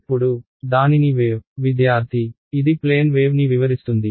ఇప్పుడు దానిని వేవ్ విద్యార్థి ఇది ప్లేన్ వేవ్ ని వివరిస్తుంది